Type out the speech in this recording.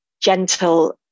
gentle